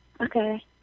Okay